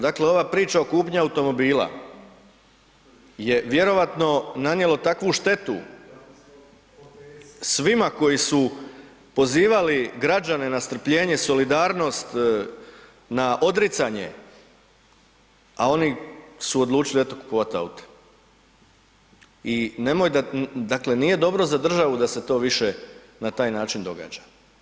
Dakle, ova priča o kupnji automobila je vjerojatno nanijelo takvu štetu svima koji su pozivali građane na strpljenje, solidarnost, na odricanje a oni su odlučili eto kupovat aute i nemoj da, dakle nije dobro za državu da se to više na taj način događa.